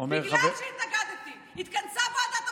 בגלל שהתנגדתי התכנסה ועדת הבריאות,